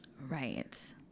Right